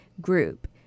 group